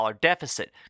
deficit